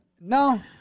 No